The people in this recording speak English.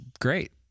great